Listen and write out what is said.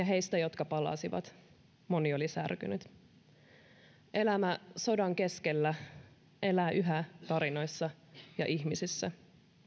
heistä jotka palasivat moni oli särkynyt elämä sodan keskellä elää yhä tarinoissa ja ihmisissä